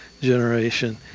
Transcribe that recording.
generation